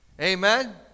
Amen